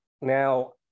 now